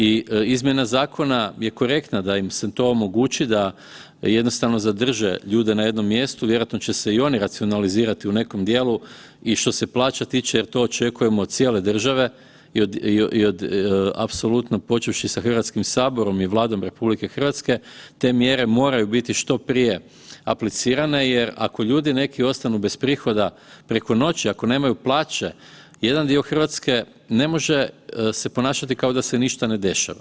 I izmjena zakona je korektna da im se to omogući da jednostavno zadrže ljude na jednom mjestu, vjerojatno će se i oni racionalizirati u nekom dijelu i što se plaća tiče jer to očekujemo od cijele države i apsolutno počevši sa Hrvatskim saborom i Vladom RH te mjere moraju biti što prije aplicirane jer ako neki ljudi ostanu bez prihoda preko noći, ako nemaju plaće jedan dio Hrvatske ne može se ponašati kao da se ništa ne dešava.